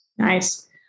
Nice